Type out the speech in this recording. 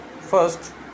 First